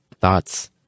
thoughts